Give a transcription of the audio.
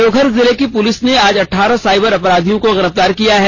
देवघर जिले की पुलीस ने आज अठारह साइबर अपराधियों को गिरफ्तार किया है